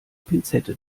pinzette